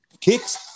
kicks